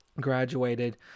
graduated